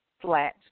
flat